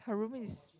her room is